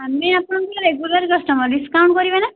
ଆମେ ଆପଣଙ୍କ regular customer discount କରିବେ ନା